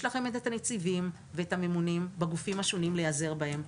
יש לכם את הנציבים ואת הממונים בגופים השונים על מנת להיעזר בהם.